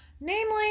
Namely